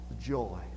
joy